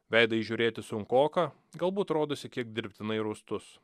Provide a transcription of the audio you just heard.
veidą įžiūrėti sunkoka galbūt rodosi kiek dirbtinai rūstus